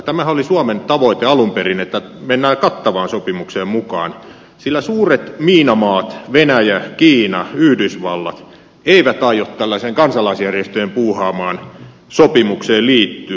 tämähän oli suomen tavoite alun perin että mennään kattavaan sopimukseen mukaan sillä suuret miinamaat venäjä kiina yhdysvallat eivät aio tällaiseen kansalaisjärjestöjen puuhaamaan sopimukseen liittyä